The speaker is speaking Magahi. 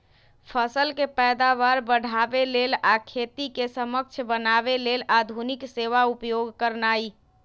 फसल के पैदावार बढ़ाबे लेल आ खेती के सक्षम बनावे लेल आधुनिक सेवा उपयोग करनाइ